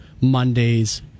Monday's